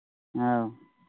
ꯑꯧ